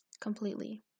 completely